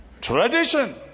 Tradition